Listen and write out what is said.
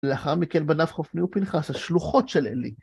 לאחר מכן בניו חופני ופנחס, השלוחות של עלי.